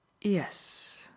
Yes